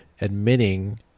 admitting